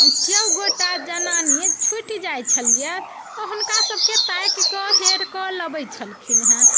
केओ गोटा जनानी छूटि जाइत छलियै ओ हुनका सबके ताकि कऽ हेर कऽ लबैत छलखिन हँ